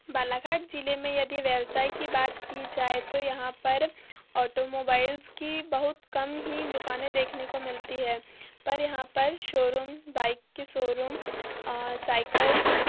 बालाघाट जिले में यदि व्यवसाय की बात की जाए तो यहाँ पर ऑटोमोबाइल्स की बहुत कम ही दुकानें देखने को मिलती है पर यहाँ पर शोरुम बाइक के शोरुम और साइकल्स